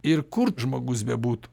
ir kur žmogus bebūtų